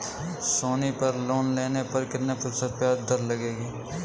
सोनी पर लोन लेने पर कितने प्रतिशत ब्याज दर लगेगी?